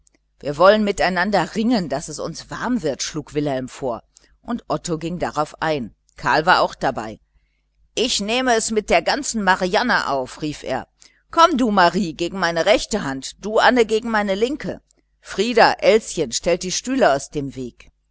wir wollen miteinander ringen daß es uns warm wird schlug wilhelm vor und otto ging darauf ein karl war auch dabei ich nehme es mit der ganzen marianne auf rief er kommt du marie gegen meine rechte hand du anne gegen meine linke frieder elschen stellt die stühle aus dem weg